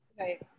Right